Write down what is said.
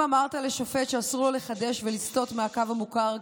אם אמרת לשופט שאסור לו לחדש ולסטות מהקו המוכר,